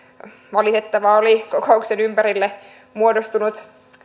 valitettavaa oli kokouksen ympärille muodostunut